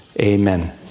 amen